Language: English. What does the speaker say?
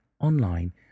online